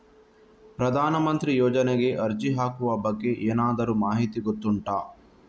ಪ್ರಧಾನ ಮಂತ್ರಿ ಯೋಜನೆಗೆ ಅರ್ಜಿ ಹಾಕುವ ಬಗ್ಗೆ ಏನಾದರೂ ಮಾಹಿತಿ ಗೊತ್ತುಂಟ?